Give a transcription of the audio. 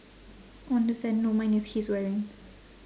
on the sand no mine is he's wearing